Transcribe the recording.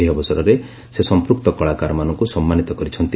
ଏହି ଅବସରରେ ସେ ସଂପୂକ୍ତ କଳାକାରମାନଙ୍କୁ ସମ୍ମାନିତ କରିଛନ୍ତି